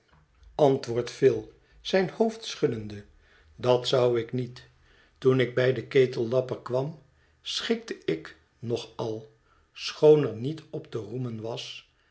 woordt phil zijn hoofd schuddende dat zou ik niet toen ik bij den ketellapper kwam schikte ik nog al schoon er niet op te roemen was